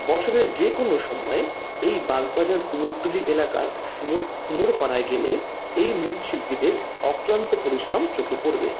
বছরের যে কোনো সময়ে এই বাগবাজার কুমোরটুলি এলাকার কুমোর কুমোর পাড়ায় গেলে এই মৃৎশিল্পীদের অক্লান্ত পরিশ্রম চোখে পড়বে